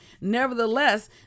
nevertheless